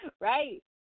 right